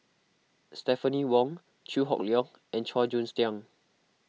Stephanie Wong Chew Hock Leong and Chua Joon Siang